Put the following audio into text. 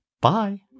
Bye